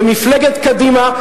במפלגת קדימה,